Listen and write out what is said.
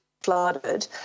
flooded